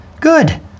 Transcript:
good